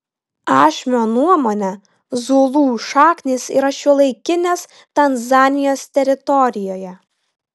ašmio nuomone zulų šaknys yra šiuolaikinės tanzanijos teritorijoje